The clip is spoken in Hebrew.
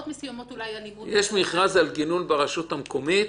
נניח שיש מכרז על גינון ברשות המקומית,